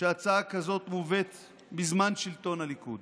שהצעה כזאת מובאת בזמן שלטון הליכוד.